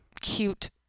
cute